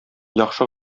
яхшы